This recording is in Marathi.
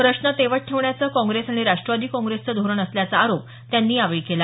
प्रश्न तेवत ठेवण्याचं काँग्रेस आणि राष्टवादी काँग्रेसचं धोरण असल्याचा आरोप त्यांनी यावेळी केला